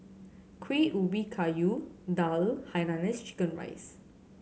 Kueh Ubi Kayu daal Hainanese chicken rice